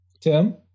Tim